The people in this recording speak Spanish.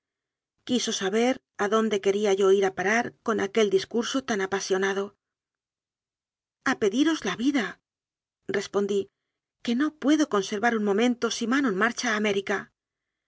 quiso saber adonde que ría yo ir a parar con aquel discurso tan apasio nado a pediros la vidarespondí que no puedo conservar un momento si manon marcha